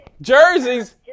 Jerseys